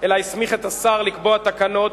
אלא הסמיך את השר לקבוע תקנות,